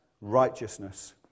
righteousness